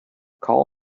call